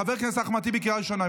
חבר הכנסת אחמד טיבי, קריאה ראשונה.